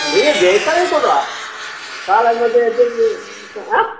ನೀವು ಬೇಕಾದ್ರೆ ತಗೋ ಸಾಲ ಎಲ್ಲ ಮತ್ತೆ ಹಾಂ